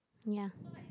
ya